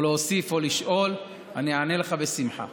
להוסיף או לשאול אני אענה לך בשמחה.